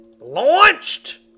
launched